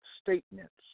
statements